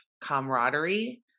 camaraderie